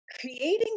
creating